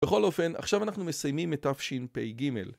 בכל אופן, עכשיו אנחנו מסיימים את תשפ"ג